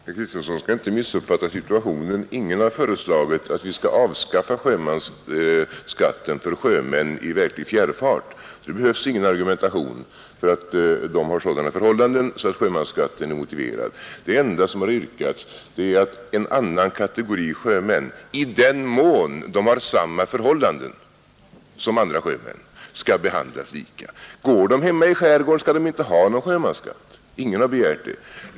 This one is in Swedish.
Herr talman! Herr Kristenson skall inte missuppfatta situationen. Ingen har föreslagit att vi skall avskaffa sjömansskatten för sjömän i fjärrfart. Det behövs ingen argumentation, de har sådana förhållanden att sjömansskatten är motiverad. Det enda som har yrkats är att en annan kategori sjömän i den mån de har samma förhållanden som andra sjömän skall behandlas lika. Går de hemma i skärgården skall de inte ha någon sjömansskatt. Ingen har begärt det.